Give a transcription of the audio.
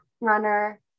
runner